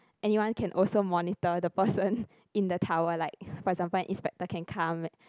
anyone can also monitor the person in the tower like for example an inspector can come like